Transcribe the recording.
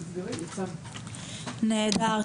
נהדר.